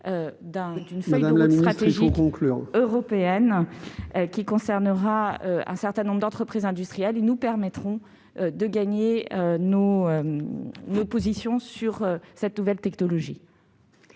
d'une feuille de route stratégique européenne, qui concernera un certain nombre d'entreprises industrielles et nous permettra de gagner nos positions sur cette nouvelle technologie.